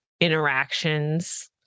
interactions